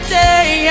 day